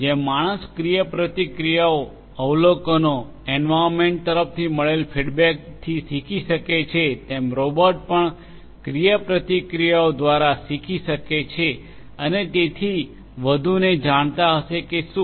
જેમ માણસ ક્રિયાપ્રતિક્રિયાઓ અવલોકનો એન્વાર્યન્મેન્ટ તરફથી મળેલા ફીડબેકથી શીખી શકે છે તેમ રોબોટ પણ ક્રિયાપ્રતિક્રિયાઓ દ્વારા શીખી શકે છે અને તેથી વધુ ને જાણતા હશે કે શું છે